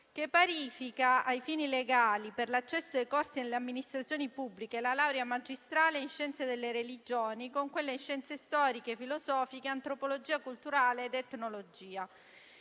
che parifica, ai fini legali, per l'accesso ai concorsi nelle amministrazioni pubbliche, la laurea magistrale in scienze delle religioni con quelle in scienze storiche, filosofiche, antropologia culturale ed etnologia.